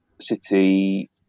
City